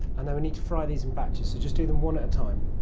and, then we need to fry these in batches, so just do them one at a time.